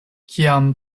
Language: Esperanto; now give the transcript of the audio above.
kiam